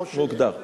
לא שהוגדר לכאורה.